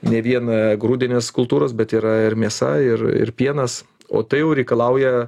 ne vien grūdinės kultūros bet yra ir mėsa ir ir pienas o tai jau reikalauja